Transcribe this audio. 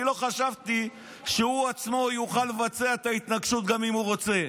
אני לא חשבתי שהוא עצמו יוכל לבצע את ההתנקשות גם אם הוא רוצה.